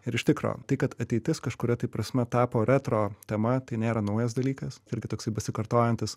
ir iš tikro tai kad ateitis kažkuria prasme tapo retro tema tai nėra naujas dalykas irgi toksai besikartojantis